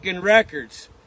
records